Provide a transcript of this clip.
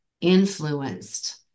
influenced